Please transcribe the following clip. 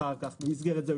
במסגרת זה,